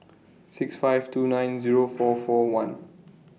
six five two nine Zero four four one